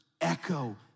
echo